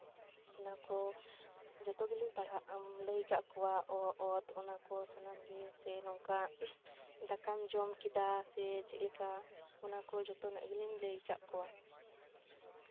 ᱚᱱᱟ ᱠᱚ ᱡᱚᱛᱚ ᱜᱮᱞᱤᱧ ᱯᱟᱲᱦᱟᱜ ᱞᱟᱹᱭ ᱠᱟᱜ ᱠᱚᱣᱟ ᱚ ᱚᱛ ᱚᱱᱟ ᱠᱚ ᱥᱟᱱᱟᱢ ᱜᱮ ᱥᱮ ᱱᱚᱝᱠᱟ ᱫᱟᱠᱟᱢ ᱡᱚᱢ ᱠᱮᱫᱟ ᱥᱮ ᱪᱮᱫᱞᱮᱠᱟ ᱚᱱᱟ ᱠᱚ ᱡᱚᱛᱚᱱᱟᱜ ᱜᱮᱞᱤᱧ ᱞᱟᱹᱭ ᱠᱟᱜ ᱠᱚᱣᱟ